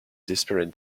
desperate